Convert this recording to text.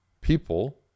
people